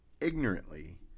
ignorantly